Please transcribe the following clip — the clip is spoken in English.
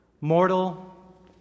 Mortal